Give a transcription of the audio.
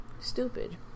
Stupid